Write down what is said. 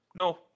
No